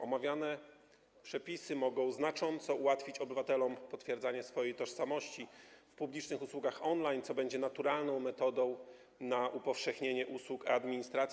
Omawiane przepisy mogą znacząco ułatwić obywatelom potwierdzanie swojej tożsamości w publicznych usługach on-line, co będzie naturalną metodą upowszechnienia usług administracji.